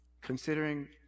considering